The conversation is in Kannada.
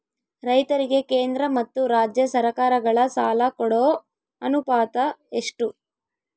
ರೈತರಿಗೆ ಕೇಂದ್ರ ಮತ್ತು ರಾಜ್ಯ ಸರಕಾರಗಳ ಸಾಲ ಕೊಡೋ ಅನುಪಾತ ಎಷ್ಟು?